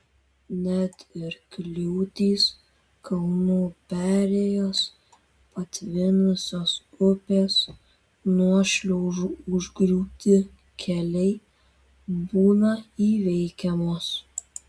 net ir kliūtys kalnų perėjos patvinusios upės nuošliaužų užgriūti keliai būna įveikiamos